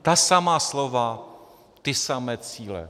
Ta samá slova, ty samé cíle.